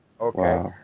Okay